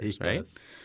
right